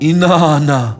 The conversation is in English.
Inana